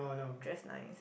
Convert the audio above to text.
just nice